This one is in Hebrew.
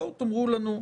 בואו תאמרו לנו,